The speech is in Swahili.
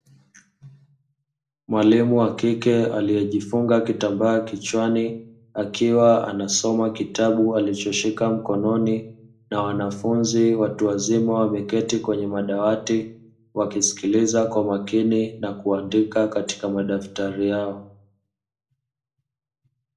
Mwalimu wa kike aliyejifunga kitambaa kichwani, akiwa anasoma kitabu alichoshika mkononi. Wanafunzi watu wazima wameketi kwenye madawati, wakisikiliza kwa makini na kuandika kwenye madaftari yao.